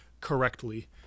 correctly